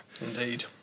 indeed